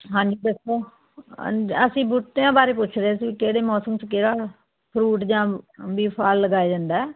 ਹਾਜੀ ਦੱਸੋ ਅੰਜ ਅਸੀਂ ਬੂਟਿਆਂ ਬਾਰੇ ਪੁੱਛ ਰਹੇ ਸੀ ਕਿਹੜੇ ਮੌਸਮ 'ਚ ਕਿਹੜਾ ਫਰੂਟ ਜਾਂ ਬਈ ਫਲ ਲਗਾਇਆ ਜਾਂਦਾ ਹੈ